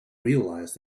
realised